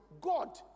God